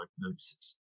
diagnosis